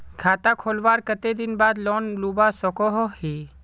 खाता खोलवार कते दिन बाद लोन लुबा सकोहो ही?